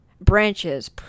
branches